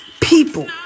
people